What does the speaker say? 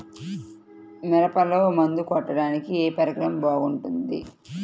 మిరపలో మందు కొట్టాడానికి ఏ పరికరం బాగుంటుంది?